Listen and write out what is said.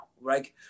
Right